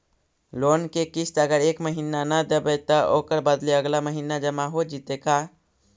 Loan के किस्त अगर एका महिना न देबै त ओकर बदले अगला महिना जमा हो जितै का?